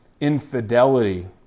infidelity